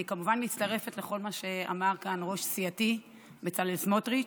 אני כמובן מצטרפת לכל מה שאמר כאן ראש סיעתי בצלאל סמוטריץ'.